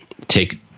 take